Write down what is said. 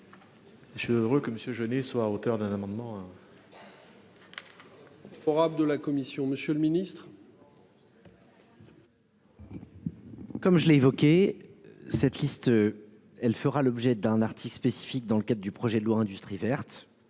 Je suis heureux que Monsieur soit auteur d'un amendement. Favorable de la commission, monsieur le ministre. Comme je l'ai évoqué cette liste. Elle fera l'objet d'un article spécifique dans le cadre du projet de loi industrie verte,